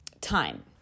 time